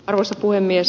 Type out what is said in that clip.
arvoisa puhemies